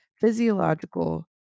physiological